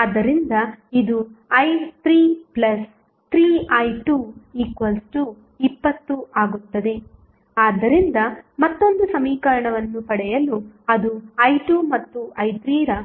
ಆದ್ದರಿಂದ ಇದು i33i2 20 ಆಗುತ್ತದೆ ಆದ್ದರಿಂದ ಮತ್ತೊಂದು ಸಮೀಕರಣವನ್ನು ಪಡೆಯಲು ಅದು i2 ಮತ್ತು i3 ರ